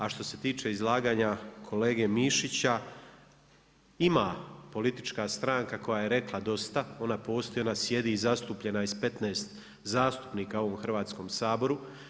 A što se tiče izlaganja kolege Mišića, ima politička stranka koja je rekla dosta, ona postoji, ona sjedi i zastupljena je sa 15 zastupnika u ovom Hrvatskom saboru.